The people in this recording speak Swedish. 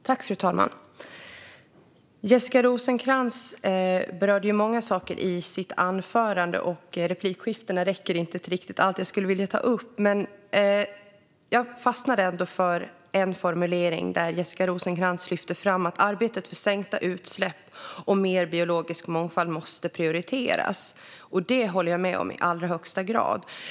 Fru talman! Jessica Rosencrantz berörde många saker i sitt anförande, och replikskiftena räcker inte till riktigt allt jag skulle vilja ta upp. Jag fastnade ändå för en formulering där Jessica Rosencrantz lyfter fram att arbetet för sänkta utsläpp och mer biologisk mångfald måste prioriteras. Det håller jag med om i allra högsta grad.